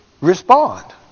respond